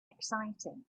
exciting